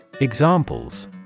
Examples